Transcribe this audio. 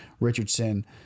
Richardson